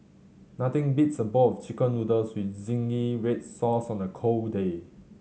nothing beats a bowl of Chicken Noodles with zingy red sauce on a cold day